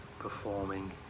performing